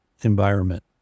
environment